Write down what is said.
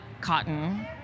cotton